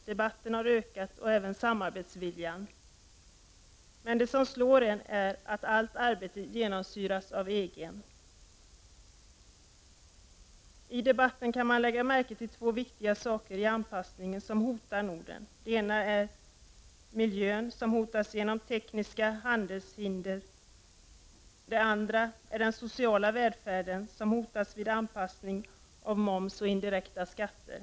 Debatten har ökat och även samarbetsviljan, men det som slår en är att allt arbete genomsyras av EG. I debatterna kan man lägga märke till två viktiga saker i anpassningen som hotar Norden. Det ena är miljön som hotas genom tekniska handelshinder, det andra är den sociala välfärden som hotas vid en anpassning av moms och indirekta skatter.